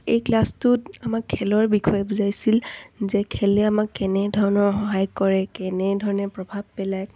এই ক্লাছটোত আমাক খেলৰ বিষয়ে বুজাইছিল যে খেলে আমাক কেনেধৰণৰ সহায় কৰে কেনেধৰণে প্ৰভাৱ পেলায়